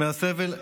אני חייב לומר לך,